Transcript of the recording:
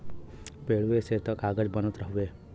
पेड़वे से त कागज बनत हउवे